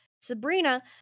Sabrina